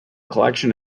collection